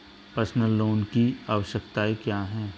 Personal loan की आवश्यकताएं क्या हैं?